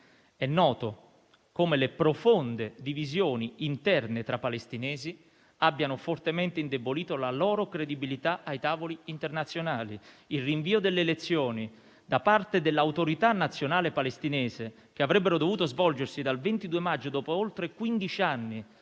È noto come le profonde divisioni interne tra palestinesi abbiano fortemente indebolito la loro credibilità ai tavoli internazionali. Il rinvio delle elezioni da parte dell'Autorità nazionale palestinese, che avrebbero dovuto svolgersi dal 22 maggio, dopo oltre quindici